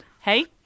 Hey